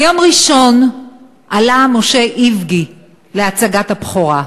ביום ראשון עלה משה איבגי להצגת בכורה,